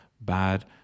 bad